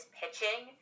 pitching